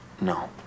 No